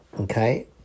okay